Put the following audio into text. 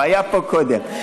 הוא היה פה קודם.